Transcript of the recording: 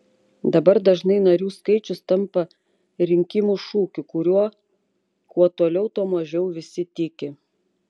dabar dažnai narių skaičius tampa rinkimų šūkiu kuriuo kuo toliau tuo mažiau visi tiki